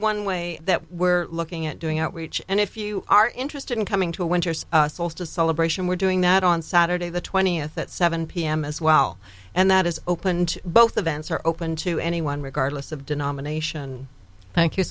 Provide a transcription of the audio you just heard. one way that we're looking at doing outreach and if you are interested in coming to a winter solstice celebration we're doing that on saturday the twentieth at seven pm as well and that is opened both of vents are open to anyone regardless of denomination thank you